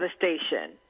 devastation